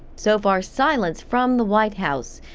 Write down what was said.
so far silence from the white house.